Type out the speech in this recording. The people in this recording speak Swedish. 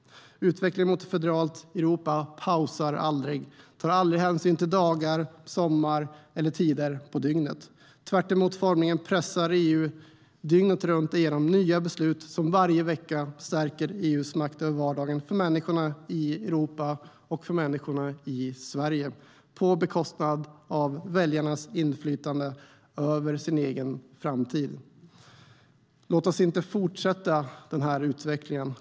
Utvecklingen mot ett federalt Europa pausar aldrig, tar aldrig hänsyn till dagarna, sommaren eller tiderna på dygnet. Tvärtom formligen pressar EU dygnet runt igenom nya beslut som varje vecka stärker EU:s makt över vardagen för människorna i Europa och Sverige på bekostnad av väljarnas inflytande över sin egen framtid. Låt oss inte fortsätta den här utvecklingen!